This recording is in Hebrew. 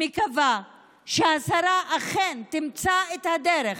מקווה שהשרה אכן תמצא את הדרך